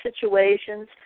situations